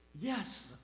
Yes